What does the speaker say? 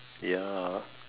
ya